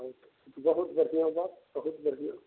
बहुत बढ़िऑं बात बहुत बढ़िऑं